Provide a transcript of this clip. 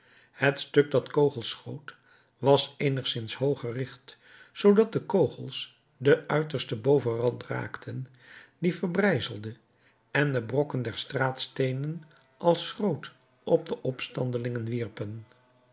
het stuk dat kogels schoot was eenigszins hoog gericht zoodat de kogels den uitersten bovenrand raakten dien verbrijzelden en de brokken der straatsteenen als schroot op de opstandelingen wierpen